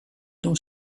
doen